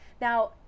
Now